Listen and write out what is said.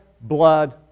blood